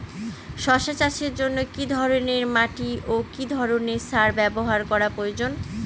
শশা চাষের জন্য কি ধরণের মাটি ও কি ধরণের সার ব্যাবহার করা প্রয়োজন?